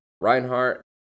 Reinhardt